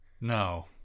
No